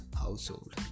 household